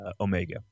Omega